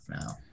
now